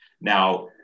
Now